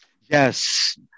Yes